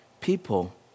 people